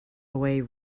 away